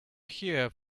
here